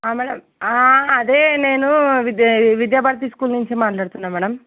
madam అదే నేను విద్ విద్యభారతి స్కూల్ నుంచి మాట్లాడుతున్నా మ్యాడమ్